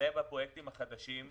זה והפרויקטים החדשים.